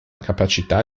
capacità